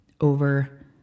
over